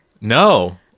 No